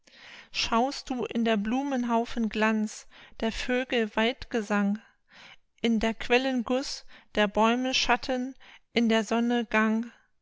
schaust du in der blumenhaufen glanz der vögel waldgesang in der quellen guß der bäume schatten in der sonne gang